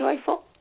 joyful